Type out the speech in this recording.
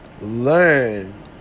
learn